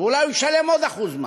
ואולי הוא ישלם עוד 1% מס,